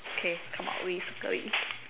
okay come out with